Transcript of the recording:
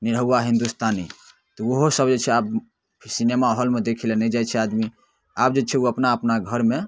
निरहुआ हिन्दुस्तानी तऽ ओहोसब जे छै आब सिनेमाहॉलमे देखैलए नहि जाइ छै आदमी आब जे छै ओ अपना अपना घरमे